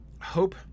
Hope